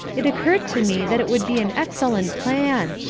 it occurred to me that it would be an excellent plan.